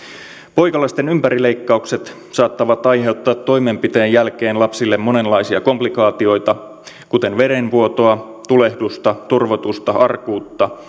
poikalasten ympärileikkaukset saattavat aiheuttaa toimenpiteen jälkeen lapsille monenlaisia komplikaatiota kuten verenvuotoa tulehdusta turvotusta arkuutta